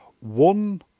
one